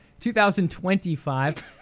2025